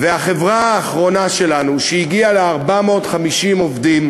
והחברה האחרונה שלנו, שהגיעה ל-450 עובדים